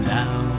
now